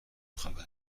travail